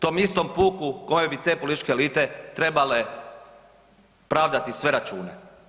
Tom istom puku kome bi te političke elite trebale pravdati sve račune.